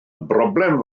broblem